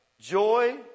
joy